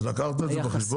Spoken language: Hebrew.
אז לקחת את זה בחשבון?